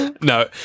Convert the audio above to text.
No